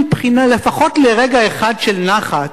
לפחות לרגע אחד של נחת